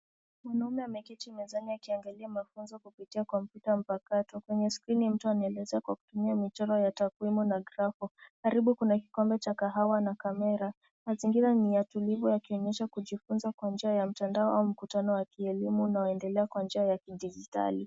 Mwanaume ameketi mezani akiangalia mafunzo kupitia kompyuta mpakato. Kwenye skrini mtu anaeleza kwa kutumia michoro ya takwimu na grafu. Karibu kuna kikombe cha kahawa na kamera. Mazingira ni ya tulivu yakionyesha kujifunza kwa njia ya mtandao au mkutano wa kielimu unaoendelea kwa njia ya kidijitali.